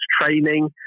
training